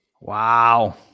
Wow